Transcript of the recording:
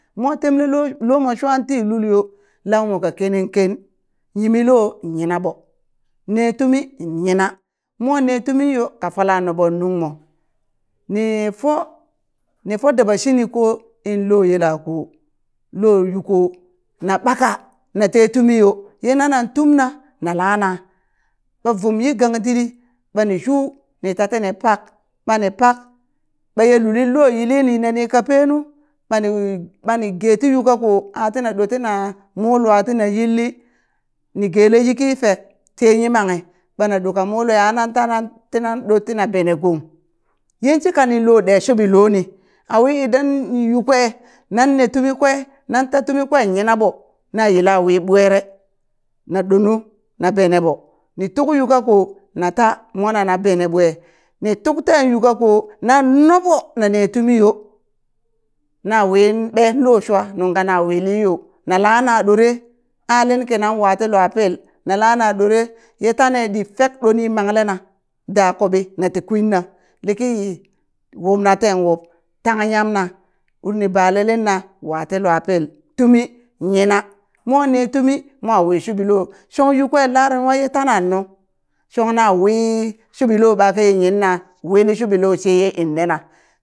Mo temle lo lomo shuan ti lul yo laumo ka kenen ken yimilo yinaɓo ne tumi nyina mo ne tumin yo ka fola nobong nungmo ni fo ni fo daba shini ko in lo yelako lo yuko na kpaka na te tumi yo ye nana tumna na lana ɓa vum yi gangditɗi ɓani shuni ta tini pak ɓani pak ɓaye luli lo yili ni neni kapenu ɓani ɓani geti yu kako atina ɗo tina mu lua tina yilli ni gele yiki fek tiye yimanghi ɓana ɗoka mu lue anan ta nan dot tina bene gong yinshika ninlo ɗe shuɓi loni awi idan yu kwe nan ne tumi kwe nan ta tumi kwen yina ɓo na yilla wi ɓwere, na ɗonu na beneɓo, ni tuk yu kako nata mwene na beneɓwe, ni tuk ten yu kako na noɓo nane tumi yo nan win ɓe lo shwa nungka na wili yo na lana ɗore a lin kinan watiluapil na lana ɗore ye tane ɗi fek ɗoni mangle na da kubɓi nati kwinna liki yi wubna ten wub tang yamna uri ni bale linna watiluapil, tumi yina mo na tumi mo wi shuɓi lo, shong yu kwe lare nwa tanannu shongna wili shuɓilo ɓakaye yinna wili shuɓi lo sheye inne na